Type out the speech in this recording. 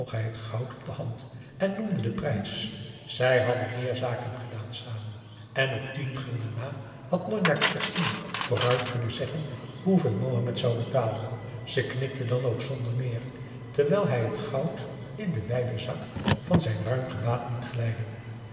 het goud op de hand en noemde den prijs zij hadden meer zaken gedaan samen en op tien gulden na had njonjah kerstien vooruit kunnen zeggen hoeveel mohamed zou betalen ze knikte dan ook zonder meer terwijl hij het goud in den wijden zak van zijn ruim gewaad liet glijden